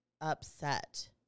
upset